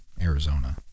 Arizona